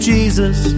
Jesus